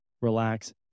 relax